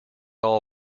all